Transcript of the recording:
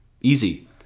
Easy